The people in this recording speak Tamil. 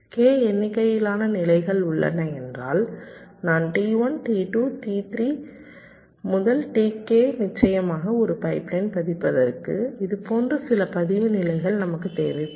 K எண்ணிக்கையிலான நிலைகள் உள்ளன என்றால் நான் T1 T2 T3 Tk நிச்சயமாக ஒரு பைப்லைன் பதிப்பதற்கு இதுபோன்ற சில பதிவு நிலைகள் நமக்கு தேவைப்படும்